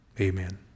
Amen